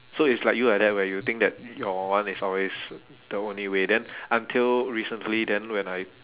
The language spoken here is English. so it's like you like that where you think that your one is always the only way then until recently then when I